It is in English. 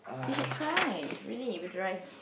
we should try really if drives